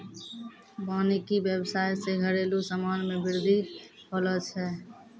वानिकी व्याबसाय से घरेलु समान मे बृद्धि होलो छै